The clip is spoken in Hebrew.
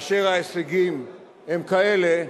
כאשר ההישגים הם כאלה,